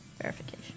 Verification